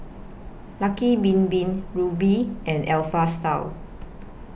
Lucky Bin Bin Rubi and Alpha Style